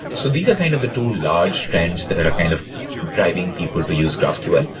so these are kind of the two large trends that are kind of driving people to use graphql.